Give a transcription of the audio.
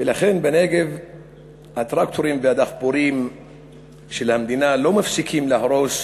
ובנגב הטרקטורים והדחפורים של המדינה לא מפסיקים להרוס